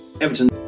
Everton